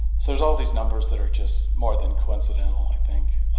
so there's all these numbers that are just more than coincidental i think,